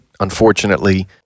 Unfortunately